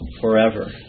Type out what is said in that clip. forever